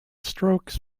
strokes